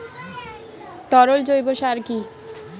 তরল জৈব সার কি?